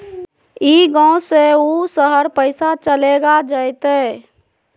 ई गांव से ऊ शहर पैसा चलेगा जयते?